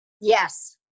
Yes